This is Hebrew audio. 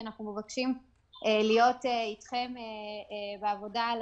אנחנו מבקשים להיות אתכם בעבודה על